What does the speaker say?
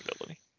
ability